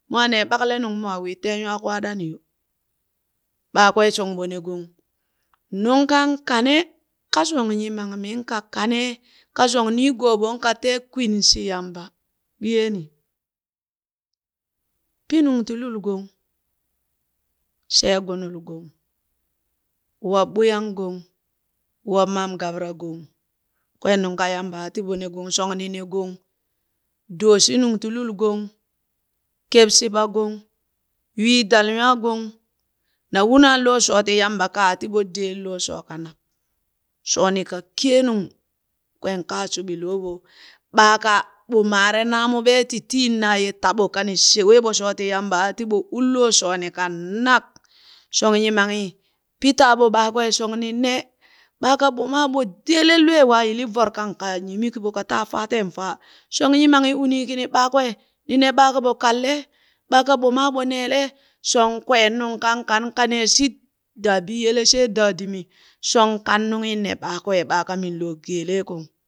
Mwaa nee ɓaklenung mwaa wii tee nywaa kwaaɗa ni yo, ɓakwe shong ɓo ne gong nung kan kane kashong yimammin ka kanee kashong niigooɓon katee kwin shi Yamba biyee ni, pi nungti lul gong, shee gunul gong, wob ɓuyang gong, wob mam gabara gon, kween nungka Yamba aa ti ɓo ne gong shong ni ne gong, dooshi nungti lul gong, kep shiɓa gong, ywii dal nywaa gong na unaan loo shoti yamba ka aa tiɓo deen loo shoo kanak, shooni ka kenung kween ka shuɓi loɓo. Ɓaaka ɓo maare naamuɓe ti tii na ye taɓo kani sheweɓo shooti yamba aa tiɓo un loo shooni kanak, shong yimanghi pi taaɓo ɓakwee shong ni ne ɓaaka ɓoma ɓo deelen lwee waa yilli vorokang ka yimi ki ɓo ka taa faa teen faa shong yimanghi unii kini ɓakwee ni ne ɓaa ka ɓo kanlee ɓaa ka ɓoma ɓo neelee shong kween nung kan kan kaneeleshit daa biyele shee daa dimi, shong kan nunghi ne ɓakwee ɓaaka minloo geele kung.